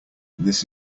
this